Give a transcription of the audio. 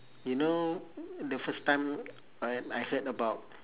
you know the first time I I heard about